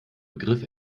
begriff